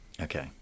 Okay